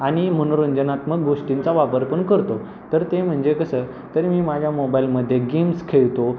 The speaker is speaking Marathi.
आणि मनोरंजनात्मक गोष्टींचा वापर पण करतो तर ते म्हणजे कसं तर मी माझ्या मोबाईलमध्ये गेम्स खेळतो